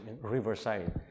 Riverside